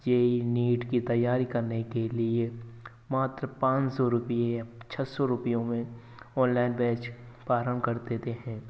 जे ई NEET की तैयारी करने के लिए मात्र पाँच सौ रूपये छ सौ रूपयों में ऑनलाइन बैच प्रारम्भ कर देते हैं